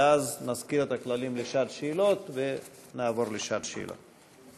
ואז נזכיר את הכללים לשעת שאלות ונעבור לשעת שאלות.